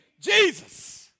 Jesus